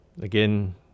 Again